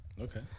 Okay